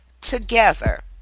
together